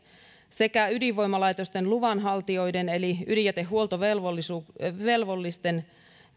sekä ydinvoimalaitosten luvanhaltijoiden eli ydinjätehuoltovelvollisten velvollisuuksia